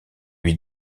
lui